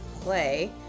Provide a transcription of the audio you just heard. play